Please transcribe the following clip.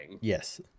Yes